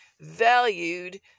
valued